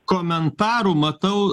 komentarų matau